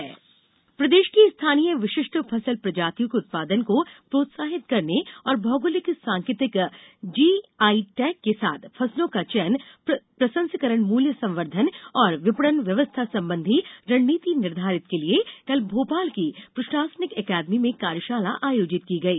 GI tag प्रदेश की स्थानीय विशिष्ट फसल प्रजातियो के उत्पादन को प्रोत्साहित करने और भौगोलिक सांकेतिक जीआईटैग के साथ फसलों का चयन प्रसंस्करण मूल्य संवर्धन और विपणन व्यवस्था संबंधी रण्नीति निर्धारण के लिए कल भोपाल की प्रशासनिक अकादमी में कार्यशाला हुई